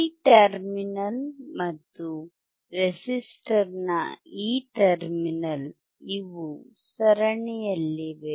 ಈ ಟರ್ಮಿನಲ್ ಮತ್ತು ರೆಸಿಸ್ಟರ್ನ ಈ ಟರ್ಮಿನಲ್ ಇವು ಸರಣಿಯಲ್ಲಿವೆ